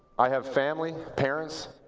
i have family, parent,